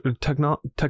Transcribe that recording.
technology